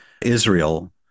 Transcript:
israel